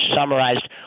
summarized